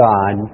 God